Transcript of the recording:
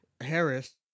Harris